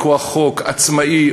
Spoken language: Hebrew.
מכוח חוק עצמאי,